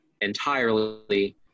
entirely